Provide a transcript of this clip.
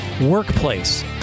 workplace